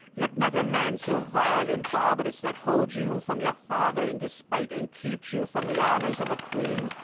let not a man so vile and barbarous, that holds you from your father in despite, and keeps you from the honours of a queen,